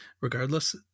regardless